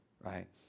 right